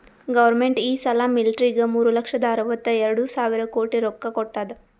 government ಈ ಸಲಾ ಮಿಲ್ಟ್ರಿಗ್ ಮೂರು ಲಕ್ಷದ ಅರ್ವತ ಎರಡು ಸಾವಿರ ಕೋಟಿ ರೊಕ್ಕಾ ಕೊಟ್ಟಾದ್